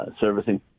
servicing